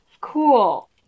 Cool